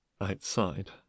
outside